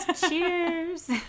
Cheers